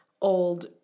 old